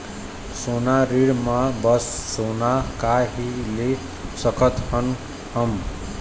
सोना ऋण मा बस सोना ला ही ले सकत हन हम?